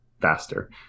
faster